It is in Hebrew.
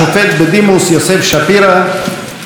השופט בדימוס יוסף שפירא,